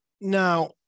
Now